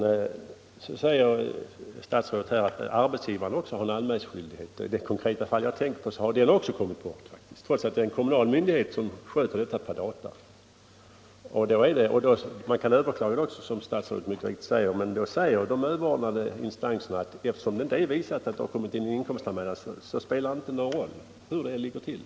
Nu säger statsrådet att arbetsgivaren också har anmälningsskyldighet, men i det konkreta fall som jag här tänker på kom också den anmälan bort, trots att det är en kommunal myndighet som sköter dessa ärenden med data. Som statsrådet mycket riktigt säger kan man då överklaga, men de överordnade instanserna förklarar i sådana fall att eftersom det inte kan bevisas att inkomstanmälan ingivits spelar det ingen roll hur det ligger till.